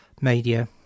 media